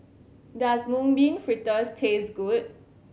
does Mung Bean Fritters taste good